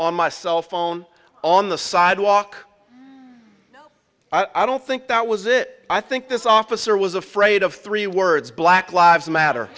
on my cell phone on the sidewalk i don't think that was it i think this officer was afraid of three words black lives matter